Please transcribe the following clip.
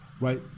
Right